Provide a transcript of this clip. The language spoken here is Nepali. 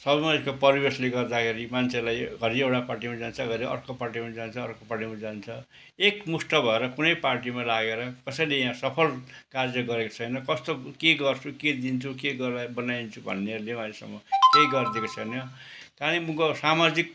समयको परिवेशले गर्दाखेरि मान्छेलाई घरि एउटा पार्टीमा जान्छ घरि अर्को पार्टीमा जान्छ अर्को पार्टीमा जान्छ एकमुस्ट भएर कुनै पार्टीमा लागेर कसैले यहाँ सफल कार्य गरेका छैन कस्तो के गर्छु के दिन्छु के गर् बनाइदिन्छु भन्नेहरूले अहिलेसम्म केही गर्देको छैन कालिम्पोङको सामाजिक